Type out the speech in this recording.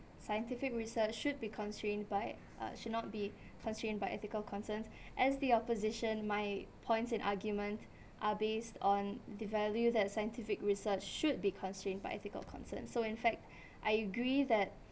scientific research should be constrained by uh should not be constrained by ethical concerns as the opposition my points in argument are based on the values that scientific research should be constrained by ethical concerns so in fact I agree that